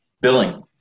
billing